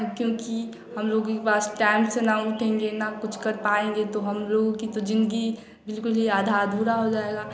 क्योंकि हम लोगों के पास टैम से न उठेंगे न कुछ कर पाएँगे तो हम लोग की तो ज़िन्दगी बिलकुल ही आधा अधूरा हो जाएगा